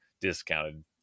discounted